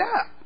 up